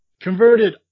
converted